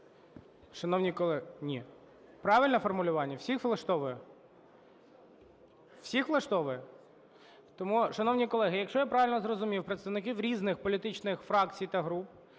Шановні… Ні. Правильне формулювання? Всіх влаштовує? Всіх влаштовує? Тому, шановні колеги, якщо я правильно зрозумів представників різних політичних фракцій та груп,